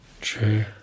True